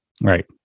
Right